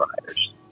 Riders